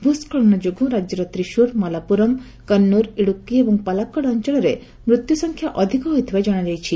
ଭ୍ ସ୍କଳନ ଯୋଗୁଁ ରାଜ୍ୟର ତ୍ରିସୁର ମାଲାପୁରମ କନ୍ନର ଇଡୁକ୍କୀ ଏବଂ ପାଲାକୁଡ ଅଞ୍ଚଳରେ ମୃତ୍ୟୁ ସଂଖ୍ୟା ଅଧିକ ହୋଇଥିବା କଣାଯାଇଛି